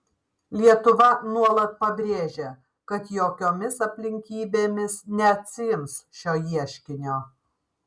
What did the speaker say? lietuva nuolat pabrėžia kad jokiomis aplinkybėmis neatsiims šio ieškinio